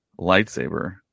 lightsaber